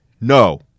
No